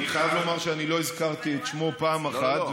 אני חייב לומר שאני לא הזכרתי את שמו פעם אחת,